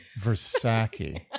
Versace